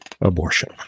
abortion